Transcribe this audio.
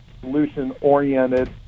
solution-oriented